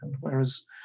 whereas